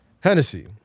Hennessy